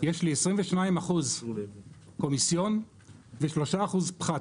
יש לי 22 אחוז קומיסיון ושלושה אחוז פחת,